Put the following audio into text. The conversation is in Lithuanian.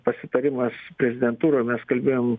pasitarimas prezidentūroj mes kalbėjom